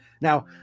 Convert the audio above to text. now